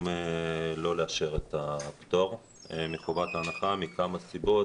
לא לאשר את הפטור מחובת ההנחה מכמה סיבות.